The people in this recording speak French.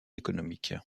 économique